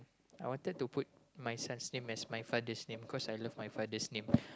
I wanted to put my son's name as my father's name cause I love my father's name